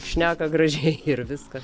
šneka gražiai ir viskas